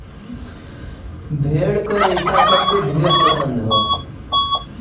भेड़ क रेसा सबके ढेर पसंद हौ